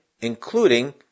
including